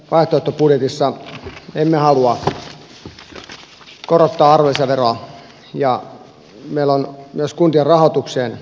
puolueemme vaihtoehtobudjetissa emme halua korottaa arvonlisäveroa ja meillä on myös kuntien rahoitukseen toisenlainen esitys